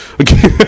Okay